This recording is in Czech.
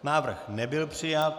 Návrh nebyl přijat.